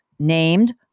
Named